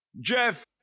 Jeff